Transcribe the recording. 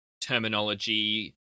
terminology